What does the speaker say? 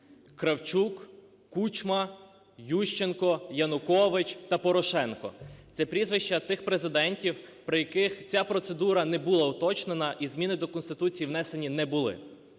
Кравчук, Кучма, Ющенко, Янукович та Порошенко – це прізвища тих президентів, при яких ця процедура не була уточнена і зміни до Конституції внесені не були.